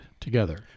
together